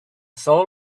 soul